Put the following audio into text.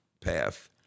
path